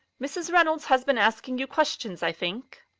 mrs. reynolds has been asking you questions, i think?